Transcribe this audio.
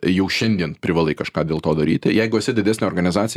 jau šiandien privalai kažką dėl to daryti jeigu esi didesnė organizacija